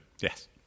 Yes